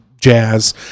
jazz